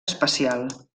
especial